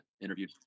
interviewed